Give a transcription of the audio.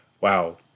wow